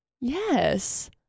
Yes